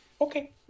Okay